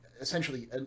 essentially